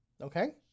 Okay